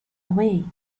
away